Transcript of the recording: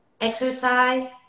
exercise